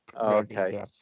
Okay